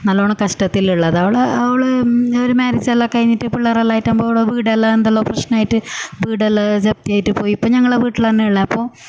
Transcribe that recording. നല്ലോണം കഷ്ടത്തിലുള്ളതാണ് ഓളെ ഓൾ ഒരു മാരേജ് എല്ലാം കഴിഞ്ഞിട്ട് പിള്ളെർ എല്ലാം ആയിട്ട് ഓളെ വീടെല്ലാം എന്തെല്ലാമോ പ്രശ്നമായിട്ട് വീടെല്ലാം ജപ്തി ആയിട്ട് പോയി ഇപ്പോൾ ഞങ്ങളെ വീട്ടിൽ തന്നെയാണ് ഉള്ളത് അപ്പോൾ